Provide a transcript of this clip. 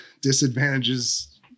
disadvantages